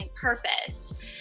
purpose